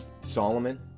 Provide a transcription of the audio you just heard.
Solomon